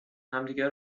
همدیگه